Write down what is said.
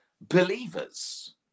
believers